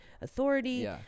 authority